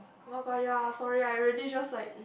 oh-my-god ya sorry I really just like